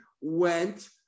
went